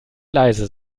leise